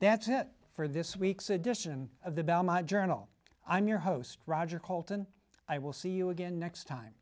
that's it for this week's edition of the belmont journal i'm your host roger coulton i will see you again next time